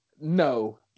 no